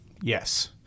Yes